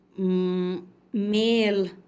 male